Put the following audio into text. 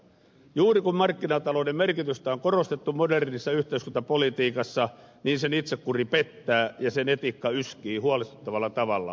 juuri kun markkinatalouden merkitystä on korostettu modernissa yhteiskuntapolitiikassa niin sen itsekuri pettää ja sen etiikka yskii huolestuttavalla tavalla